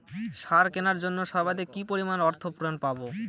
সার কেনার জন্য সর্বাধিক কি পরিমাণ অর্থ ঋণ পাব?